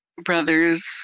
brothers